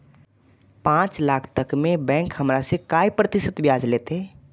पाँच लाख तक में बैंक हमरा से काय प्रतिशत ब्याज लेते?